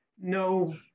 no